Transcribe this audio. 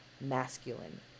masculine